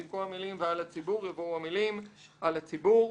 במקום המילים "ועל הציבור" יבואו המילים: "על הציבור,